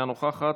אינה נוכחת,